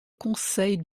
conseil